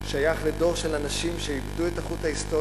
שייך לדור של אנשים שאיבדו את החוט ההיסטורי